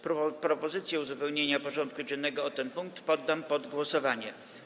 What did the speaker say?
Propozycję uzupełnienia porządku dziennego o ten punkt poddam pod głosowanie.